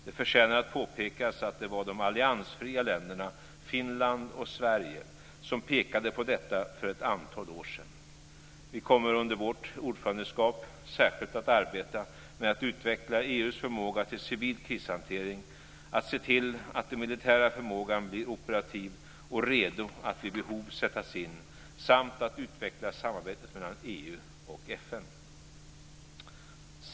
Det förtjänar att påpekas att det var de alliansfria länderna Finland och Sverige som pekade på detta för ett antal år sedan. Vi kommer under vårt ordförandeskap särskilt att arbeta med att utveckla EU:s förmåga till civil kristhantering, att se till att den militära förmågan blir operativ och redo att vid behov sättas in samt att utveckla samarbetet mellan EU och FN.